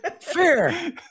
Fair